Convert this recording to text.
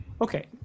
Okay